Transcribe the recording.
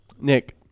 Nick